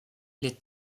les